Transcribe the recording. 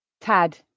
Tad